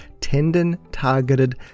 tendon-targeted